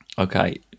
Okay